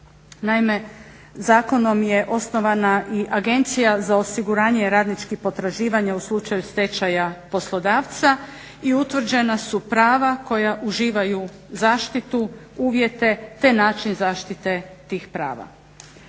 Naime, zakonom je osnovana i Agencija za osiguranje radničkih potraživanja u slučaja stečaja poslodavca i utvrđena su prava koja uživaju, zaštitu, uvjete te način zaštite tih prava.